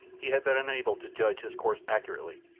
he had been unable to judge his course accurately,